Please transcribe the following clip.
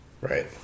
Right